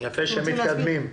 יפה שמתקדמים.